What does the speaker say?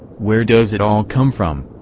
where does it all come from,